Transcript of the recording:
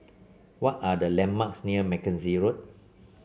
what are the landmarks near Mackenzie Road